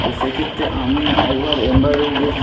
তো সেক্ষেত্রে আমি একবার এমব্রয়ডারি ড্রেস